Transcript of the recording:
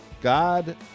God